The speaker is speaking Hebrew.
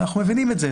אנחנו מבינים את זה,